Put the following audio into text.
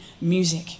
music